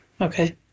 Okay